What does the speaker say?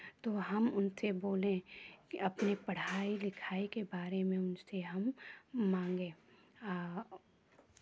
तो हम उनसे बोले कि अपने पढ़ाई लिखाई के बारे में उनसे हम मांगे आ